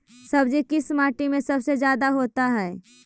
सब्जी किस माटी में सबसे ज्यादा होता है?